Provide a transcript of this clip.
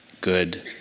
good